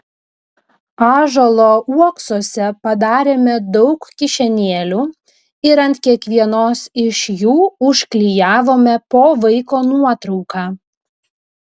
ąžuolo uoksuose padarėme daug kišenėlių ir ant kiekvienos iš jų užklijavome po vaiko nuotrauką